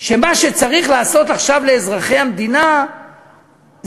שמה שצריך לעשות עכשיו לאזרחי המדינה זה